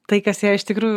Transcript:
tai kas jai iš tikrųjų